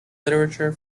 literature